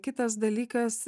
kitas dalykas